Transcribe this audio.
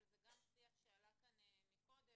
אבל זה גם שיח שעלה כאן מקודם.